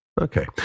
Okay